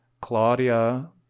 claudia